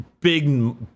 big